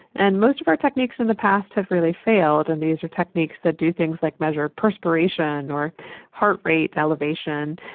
and most of our techniques in the past have really failed, and these are techniques that do things like measure perspiration or heartrate elevation,